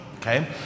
okay